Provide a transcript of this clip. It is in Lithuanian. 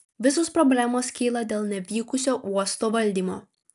visos problemos kyla dėl nevykusio uosto valdymo